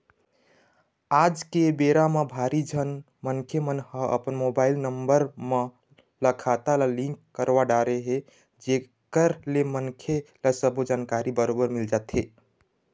आज के बेरा म भारी झन मनखे मन ह अपन मोबाईल नंबर मन ल खाता ले लिंक करवा डरे हे जेकर ले मनखे ल सबो जानकारी बरोबर मिल जाथे